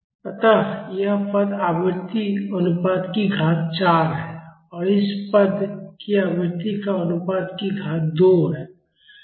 अतः यह पद आवृत्ति अनुपात की घात 4 है और इस पद की आवृत्ति का अनुपात की घात 2 है